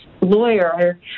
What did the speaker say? lawyer